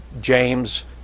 James